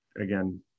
again